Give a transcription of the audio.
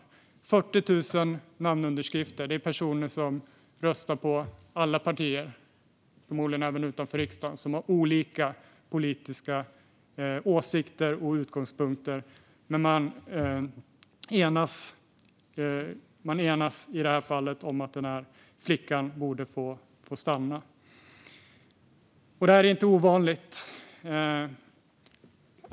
Bland dessa 40 000 namnunderskrifter finns personer som röstar på alla partier, förmodligen även utanför riksdagen, och som har olika politiska åsikter och utgångspunkter. Men man enas i det här fallet om att denna flicka borde få stanna. Det här är inte ovanligt.